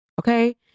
Okay